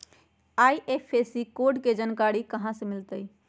IFSC code के जानकारी कहा मिलतई